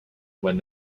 when